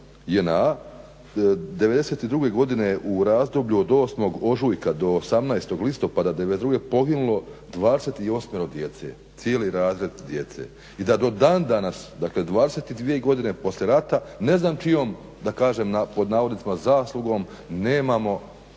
JNA '92. godine u razdoblju od 8. ožujka do 18. listopada '92. poginulo 28 djece, cijeli razred djece. I da do dan danas, dakle 22 godine poslije rata ne znam čijom da kažem pod navodnicima zaslugom nemamo,